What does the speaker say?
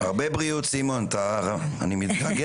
דרור גורני, בבקשה.